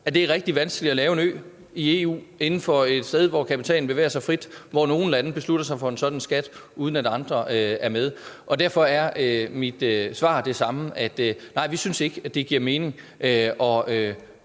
at det er rigtig vanskeligt at lave en ø i EU – inden for et sted, hvor kapitalen bevæger sig frit – hvor nogle lande beslutter sig for en sådan skat, uden at andre er med. Og derfor er mit svar det samme: Nej, vi synes ikke, det giver mening at